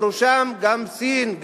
בראשן גם סין,